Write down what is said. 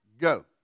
Go